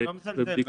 אני לא מזלזל במישהו,